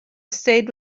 stayed